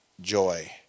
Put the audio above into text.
joy